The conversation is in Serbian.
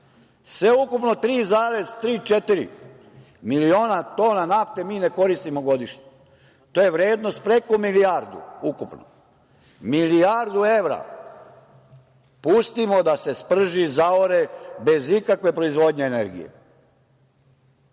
sve ukupno 3,4 miliona tona nafte mi ne koristimo godišnje. To je vrednost preko milijardu ukupno. Milijardu evra pustimo da se sprži, zaore bez ikakve proizvodnje energije. Da